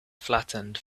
flattened